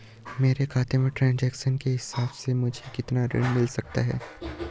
मेरे खाते के ट्रान्ज़ैक्शन के हिसाब से मुझे कितना ऋण मिल सकता है?